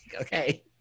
Okay